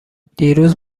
دیروز